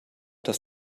dass